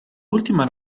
ultima